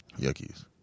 Yuckies